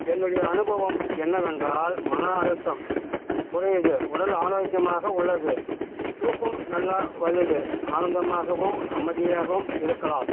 என்னுடைய அனுபவம் என்னவென்றால் மன அழுத்தம் குறையுது உடல் ஆரோக்கியமாக உள்ளது தூக்கம் நல்லா வருது ஆனந்தமாகவும் அமைதியாகவும் இருக்கலாம்